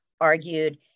argued